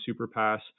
Superpass